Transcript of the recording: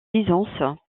byzance